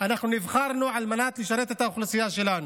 אנחנו נבחרנו על מנת לשרת את האוכלוסייה שלנו,